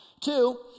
Two